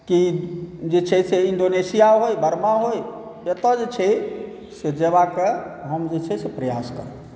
कि जे छै से इण्डोनेशिया होइ बर्मा होइ एतऽ जे छै से जएबाक जे हम जे छै से प्रयास करब